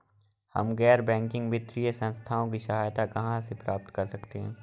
हम गैर बैंकिंग वित्तीय संस्थानों की सहायता कहाँ से प्राप्त कर सकते हैं?